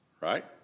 right